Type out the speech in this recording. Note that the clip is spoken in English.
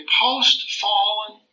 post-fallen